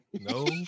No